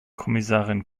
kommissarin